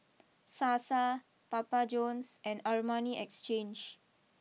Sasa Papa Johns and Armani Exchange